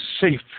safe